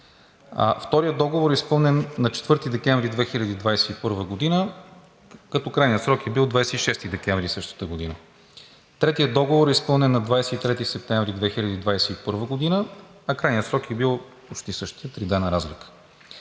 Вторият договор е изпълнен на 4 декември 2021 г., като крайният срок е бил 26 декември същата година. Третият договор е изпълнен на 23 септември 2021 г., а крайният срок е бил почти същият, три дена разликата.